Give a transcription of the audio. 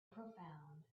profound